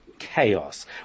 chaos